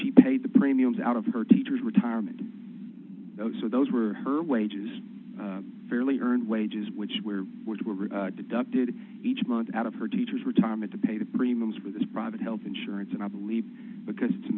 she paid the premiums out of her teacher's retirement so those were her wages fairly earned wages which were which were deducted each month out of her teacher's retirement to pay the premiums for this private health insurance and i believe because to